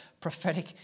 prophetic